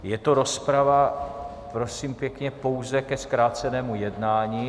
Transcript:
Je to rozprava, prosím pěkně, pouze ke zkrácenému jednání.